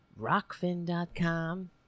rockfin.com